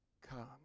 come